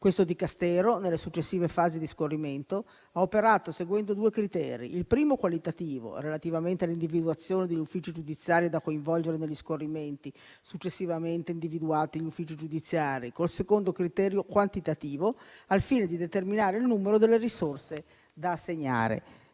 Questo Dicastero, nelle successive fasi di scorrimento, ha operato seguendo due criteri: il primo, qualitativo, relativamente all'individuazione degli uffici giudiziari da coinvolgere negli scorrimenti, successivamente individuati in uffici giudiziari; il secondo, quantitativo, al fine di determinare il numero delle risorse da assegnare.